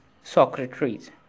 secretaries